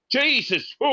jesus